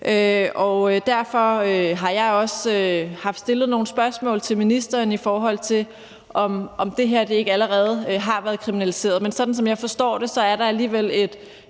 og derfor har jeg også haft stillet nogle spørgsmål til ministeren, i forhold til om det her ikke allerede er kriminaliseret. Men sådan som jeg forstår det, er der alligevel et